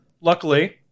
luckily